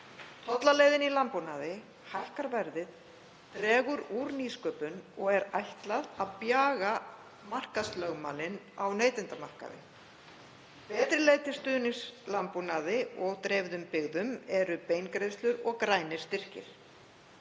Tollaleiðin í landbúnaði hækkar verðið, dregur úr nýsköpun og er ætlað að bjaga markaðslögmálin á neytendamarkaði. Betri leið til stuðnings landbúnaði og dreifðum byggðum eru beingreiðslur og grænir styrkir.